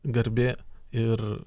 garbė ir